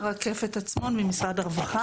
רקפת עצמון, ממשרד הרווחה.